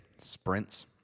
sprints